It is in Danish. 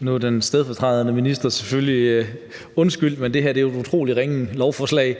Nu er den fungerende minister selvfølgelig undskyldt, men det her er et utrolig ringe lovforslag.